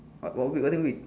what what what do we